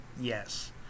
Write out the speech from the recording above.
yes